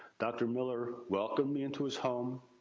dr. miller, welcomed me into his home,